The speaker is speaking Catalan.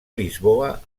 lisboa